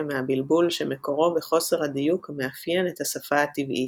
מהבלבול שמקורו בחוסר הדיוק המאפיין את השפה הטבעית.